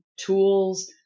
tools